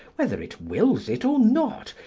whether it wills it or not,